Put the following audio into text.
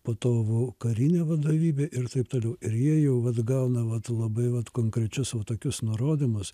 po to karinė vadovybė ir taip toliau ir jie jau vat gauna labai vat konkrečius va tokius nurodymus